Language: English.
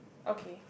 okay